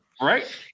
Right